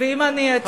ואם אני אצא,